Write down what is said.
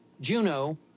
Juno